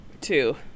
two